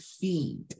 feed